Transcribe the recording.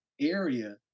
area